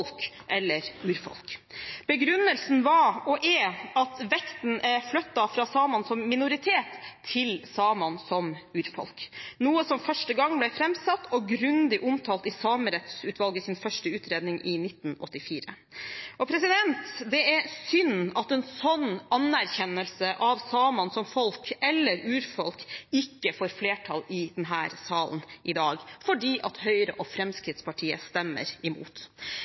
folk eller urfolk. Begrunnelsen var og er at vekten er flyttet fra samene som minoritet, til samene som urfolk, noe som første gang ble framsatt og grundig omtalt i Samerettsutvalgets første utredning i 1984. Det er synd at en sånn anerkjennelse av samene som folk eller urfolk ikke får flertall i denne salen i dag, fordi Høyre og Fremskrittspartiet stemmer imot.